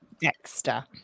Dexter